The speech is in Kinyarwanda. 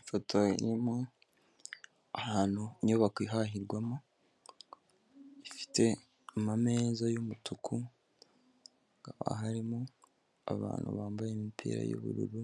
Ifoto irimo ahantu, inyubako ihahirwamo, ifite ameza y'umutuku, harimo abantu bambaye imipira y'ubururu